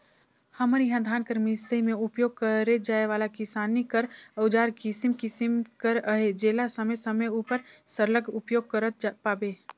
हमर इहा धान कर मिसई मे उपियोग करे जाए वाला किसानी कर अउजार किसिम किसिम कर अहे जेला समे समे उपर सरलग उपियोग करत पाबे